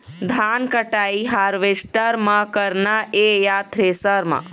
धान कटाई हारवेस्टर म करना ये या थ्रेसर म?